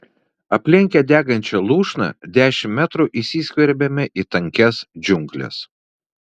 aplenkę degančią lūšną dešimt metrų įsiskverbėme į tankias džiungles